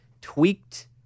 tweaked